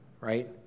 right